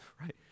right